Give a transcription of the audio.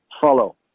follow